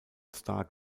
star